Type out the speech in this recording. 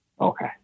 okay